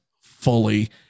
fully